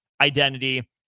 identity